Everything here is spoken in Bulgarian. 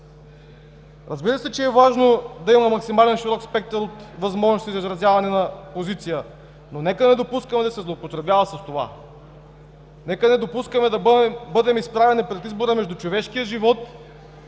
Разбира се, че е важно да има максимално широк спектър от възможности за изразяване на позиция, но нека не допускаме да се злоупотребява с това! Нека не допускаме да бъдем изправени пред избора между човешкия живот и хабитата